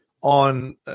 on